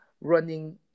running